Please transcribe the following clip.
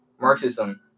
Marxism